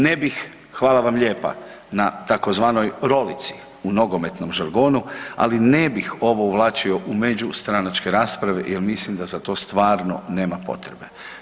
Ne bih, hvala vam lijepa, na tzv. rolici u nogometnom žargonu, ali ne bih ovo uvlačio u međustranačke rasprave jer mislim da za to stvarno nema potrebe.